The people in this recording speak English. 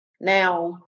Now